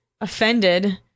offended